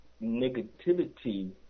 negativity